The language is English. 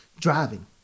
driving